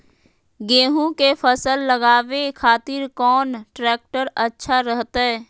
गेहूं के फसल लगावे खातिर कौन ट्रेक्टर अच्छा रहतय?